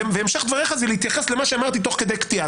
והמשך דבריך זה להתייחס למה שאמרתי תוך כדי קטיעה?